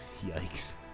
Yikes